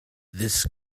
this